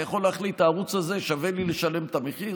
אתה יכול להחליט: הערוץ הזה שווה לי לשלם את המחיר,